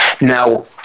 Now